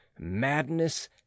madness